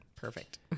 Perfect